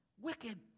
Wicked